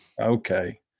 Okay